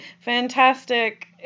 fantastic